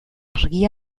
argia